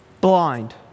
blind